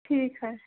ठीक है